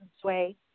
Sway